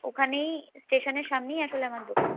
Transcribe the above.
ওখানেই স্টেশানের সামনেই আসলে আমার দোকান